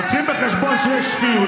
אין עבודה,